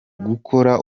gukora